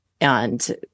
and-